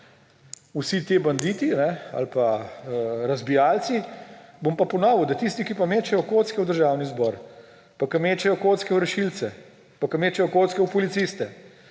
vsi ti banditi ali pa razbijalci. Bom pa ponovil, da tisti, ki pa mečejo kocke v Državni zbor, ki mečejo kocke v rešilce, ki mečejo kocke v policiste,